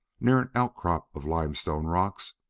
near an outcrop of limestone rocks,